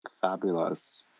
fabulous